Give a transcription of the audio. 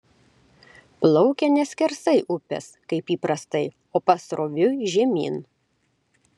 plaukia ne skersai upės kaip įprastai o pasroviui žemyn